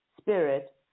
spirit